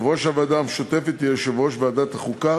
יושב-ראש הוועדה המשותפת יהיה יושב-ראש ועדת החוקה,